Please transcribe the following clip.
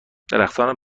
درختان